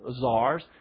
czars